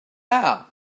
now